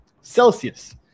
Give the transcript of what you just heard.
Celsius